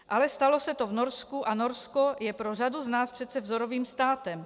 Ale stalo se to v Norsku a Norsko je pro řadu z nás přece vzorovým státem.